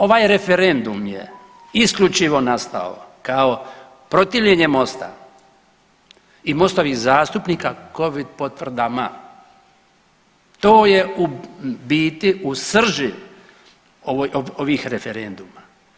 Ovaj referendum je isključivo nastao kao protivljenje Mosta i mostovih zastupnika covid potvrdama, to je u biti u srži ovih referenduma.